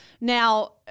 Now